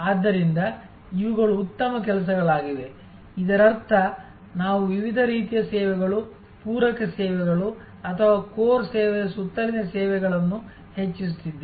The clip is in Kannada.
ಆದ್ದರಿಂದ ಇವುಗಳು ಉತ್ತಮ ಕೆಲಸಗಳಾಗಿವೆ ಇದರರ್ಥ ನಾವು ವಿವಿಧ ರೀತಿಯ ಸೇವೆಗಳು ಪೂರಕ ಸೇವೆಗಳು ಅಥವಾ ಕೋರ್ ಸೇವೆಯ ಸುತ್ತಲಿನ ಸೇವೆಗಳನ್ನು ಹೆಚ್ಚಿಸುತ್ತಿದ್ದೇವೆ